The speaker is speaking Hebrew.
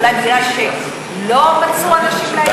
אולי כי לא מצאו אנשים?